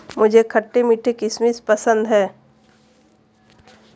मुझे खट्टे मीठे किशमिश पसंद हैं